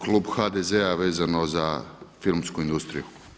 Klub HDZ-a vezano za filmsku industriju.